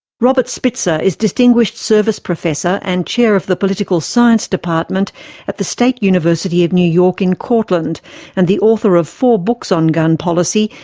robert spitzer is distinguished service professor and chair of the political science department at the state university of new york in cortland and the author of four books on gun policy,